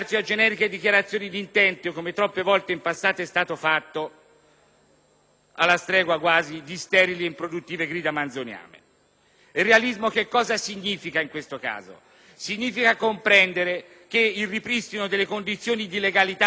alla stregua quasi di sterili ed improduttive grida manzoniane. Cosa significa realismo in questo caso? Significa comprendere che il ripristino delle condizioni di legalità nel nostro Paese non poteva prescindere da un'equazione: